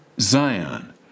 Zion